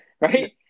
right